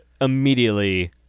immediately